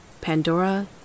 Pandora